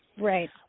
Right